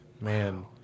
Man